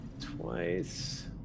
Twice